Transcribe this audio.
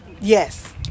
Yes